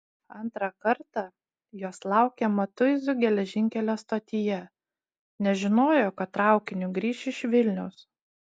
antrą kartą jos laukė matuizų geležinkelio stotyje nes žinojo kad traukiniu grįš iš vilniaus